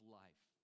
life